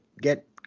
get